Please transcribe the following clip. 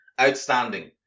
Outstanding